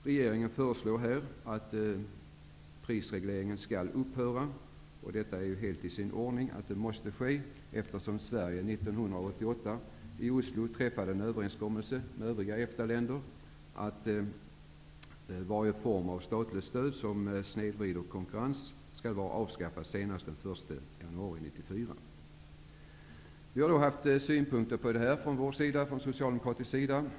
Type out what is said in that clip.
Regeringen föreslår nu att prisregleringen skall upphöra. Det är helt i sin ordning, eftersom Sverige 1988 i Oslo träffade en överenskommelse med övriga EFTA-länder om att varje form av statligt stöd som snedvrider konkurrens skall vara avskaffat senast den 1 januari 1994. Från socialdemokratisk sida har vi haft synpunkter på prisregleringssystemet.